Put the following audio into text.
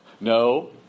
No